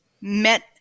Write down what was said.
met